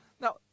Now